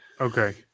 Okay